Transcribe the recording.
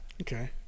Okay